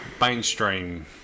mainstream